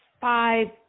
five